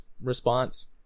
response